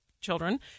children